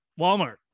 Walmart